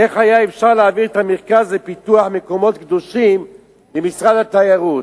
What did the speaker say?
איך היה אפשר להעביר את המרכז לפיתוח המקומות הקדושים למשרד התיירות.